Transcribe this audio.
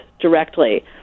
directly